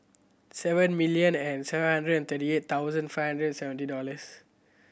seven million and seven hundred and thirty eight thousand five hundred seventy dollars